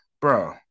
bro